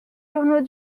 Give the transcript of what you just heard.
journaux